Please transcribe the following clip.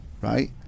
right